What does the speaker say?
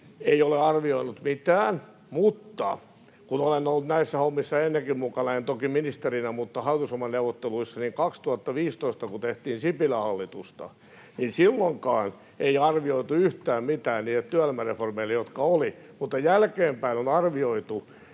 Ei ole arvioinut mitään, mutta olen ollut näissä hommissa ennenkin mukana — en toki ministerinä mutta hallitusohjelmaneuvotteluissa —, ja kun 2015 tehtiin Sipilän hallitusta, niin silloinkaan ei arvioitu yhtään mitään niille työelämäreformeille, jotka oli. Mutta jälkeenpäin on arvioitu